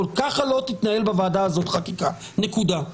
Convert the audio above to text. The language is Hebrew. ככה לא תתנהל בוועדה הזאת חקיקה, נקודה.